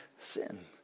sin